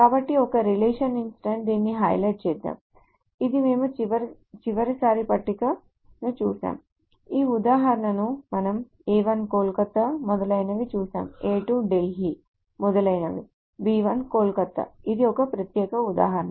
కాబట్టి ఒక relation instance దీనిని హైలైట్ చేద్దాంఇది మేము చివరిసారి పట్టికను చూశాము ఈ ఉదాహరణను మనం A 1 కోల్కతా మొదలైనవి చూశాము A 2 ఢిల్లీ మొదలైనవి B 1 కోల్కతా ఇది ఒక ప్రత్యేక ఉదాహరణ